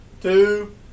two